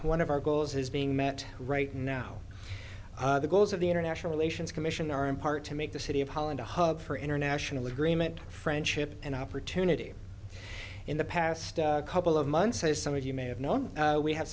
one of our goals is being met right now the goals of the international relations commission are in part to make the city of holland a hub for international agreement friendship and opportunity in the past couple of months so some of you may have known we have